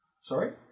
Sorry